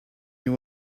you